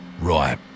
Right